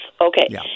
Okay